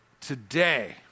Today